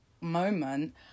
moment